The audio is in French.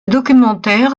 documentaire